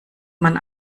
man